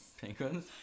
Penguins